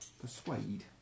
persuade